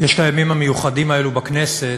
כל הימים המיוחדים האלה בכנסת,